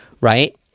right